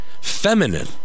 feminine